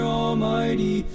almighty